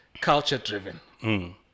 culture-driven